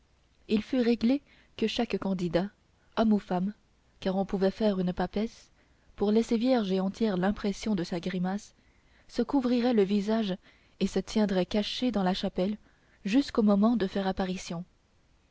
il fut réglé que chaque candidat homme ou femme car on pouvait faire une papesse pour laisser vierge et entière l'impression de sa grimace se couvrirait le visage et se tiendrait caché dans la chapelle jusqu'au moment de faire apparition